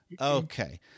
okay